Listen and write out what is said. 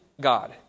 God